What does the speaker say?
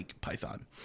python